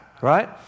Right